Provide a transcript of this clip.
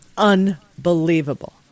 unbelievable